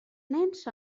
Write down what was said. nens